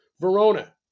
Verona